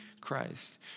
Christ